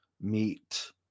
meet